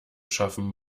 schaffen